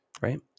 right